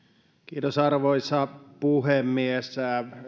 arvoisa arvoisa puhemies